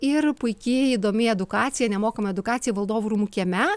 ir puiki įdomi edukacija nemokama edukacija valdovų rūmų kieme